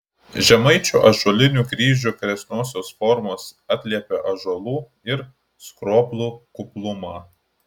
žemaičių ąžuolinių kryžių kresnosios formos atliepia ąžuolų ir skroblų kuplumą